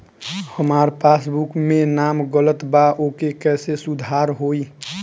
हमार पासबुक मे नाम गलत बा ओके कैसे सुधार होई?